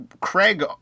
Craig